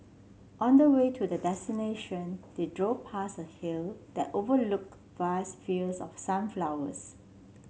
on the way to their destination they drove past a hill that overlooked vast fields of sunflowers